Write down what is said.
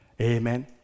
amen